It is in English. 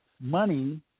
money